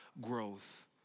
growth